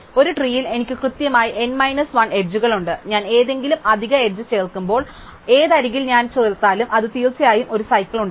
ഒരു ട്രീയിൽ എനിക്ക് കൃത്യമായി n 1 അരികുകളുണ്ട് ഞാൻ ഏതെങ്കിലും അധിക എഡ്ജ് ചേർക്കുമ്പോൾ ഏത് അരികിൽ ഞാൻ ചേർത്താലും അത് തീർച്ചയായും ഒരു സൈക്കിൾ ഉണ്ടാക്കും